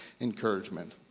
encouragement